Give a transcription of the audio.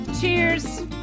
cheers